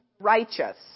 righteous